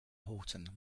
horton